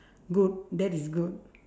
good that is good